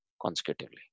consecutively